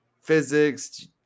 physics